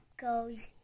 goes